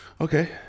Okay